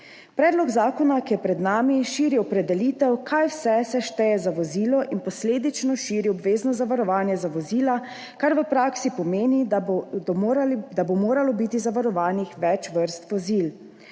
Predlog zakona, ki je pred nami, širi opredelitev, kaj vse se šteje za vozilo, in posledično širi obvezno zavarovanje za vozila, kar v praksi pomeni, da bo moralo biti zavarovanih več vrst vozil.